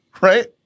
Right